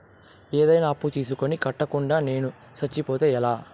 ఏదైనా అప్పు తీసుకొని కట్టకుండా నేను సచ్చిపోతే ఎలా